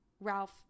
Ralph